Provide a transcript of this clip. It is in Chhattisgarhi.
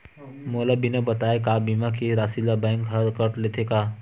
मोला बिना बताय का बीमा के राशि ला बैंक हा कत लेते का?